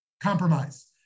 compromise